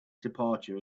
departure